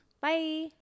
bye